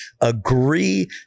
agree